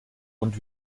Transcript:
und